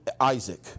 Isaac